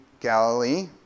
Galilee